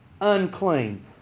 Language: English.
unclean